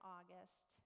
August